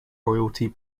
royalty